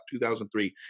2003